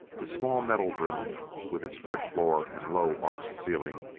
the small metal room, with its grid floor and low arched ceiling,